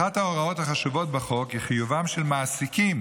אחת ההוראות החשובות בחוק היא חיובם של מעסיקים